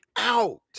Out